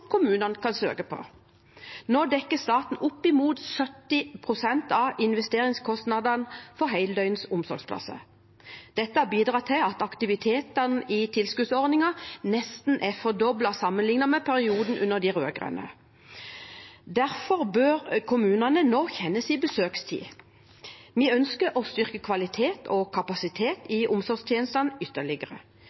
kommunene kan søke på. Nå dekker staten opp mot 70 pst. av investeringskostnadene for heldøgns omsorgsplasser. Dette har bidratt til at aktivitetene i tilskuddsordningen nesten er fordoblet sammenlignet med perioden under de rød-grønne. Derfor bør kommunene nå kjenne sin besøkelsestid. Vi ønsker å styrke kvalitet og kapasitet i omsorgstjenestene ytterligere.